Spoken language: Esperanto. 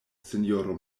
sinjoro